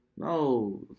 No